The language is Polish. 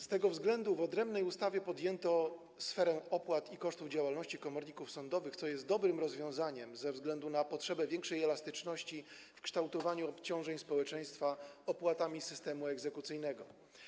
Z tego względu w odrębnej ustawie ujęto sferę opłat i kosztów działalności komorników sądowych, co jest dobrym rozwiązaniem ze względu na potrzebę większej elastyczności w kształtowaniu obciążeń społeczeństwa z tytułu opłat wynikających z systemu egzekucyjnego.